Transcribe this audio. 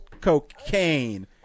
cocaine